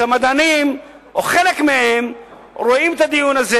שהמדענים או חלק מהם רואים את הדיון הזה